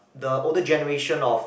the older generation of